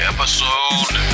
Episode